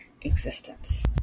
existence